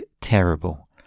terrible